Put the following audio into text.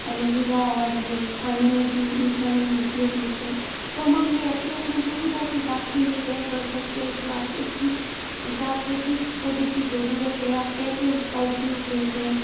aloe vera और ये खाने में भी मीठा नीम उपयोग लेते हैं तो हम अपनी अपनी सुविधा के हिसाब से ये तेय कर सकते हैं कि आप को किस हिसाब से किस पौधे की ज़रूरत है आप कैसे उसका उपयोग ले रहे हैं